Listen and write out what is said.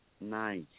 Nice